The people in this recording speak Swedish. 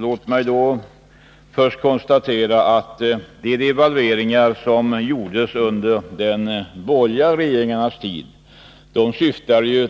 Låt mig då först konstatera att de devalveringar som gjordes under de borgerliga regeringarnas tid syftade